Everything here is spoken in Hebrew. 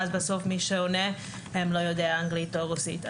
ואז בסוף מי שעונה לא יודע טוב אנגלית או רוסית.